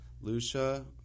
Lucia